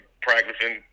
practicing